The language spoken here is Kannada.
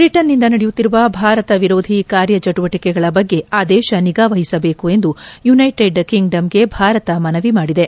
ಬ್ರಿಟನ್ನಿಂದ ನಡೆಯುತ್ತಿರುವ ಭಾರತ ವಿರೋಧಿ ಕಾರ್ಯ ಚಟುವಟಿಕೆಗಳ ಬಗ್ಗೆ ಆ ದೇಶ ನಿಗಾ ವಹಿಸಬೇಕು ಎಂದು ಯುನೈಟೆಡ್ ಕಿಂಗ್ ಡಮ್ಗೆ ಭಾರತ ಮನವಿ ಮಾಡಿದೆ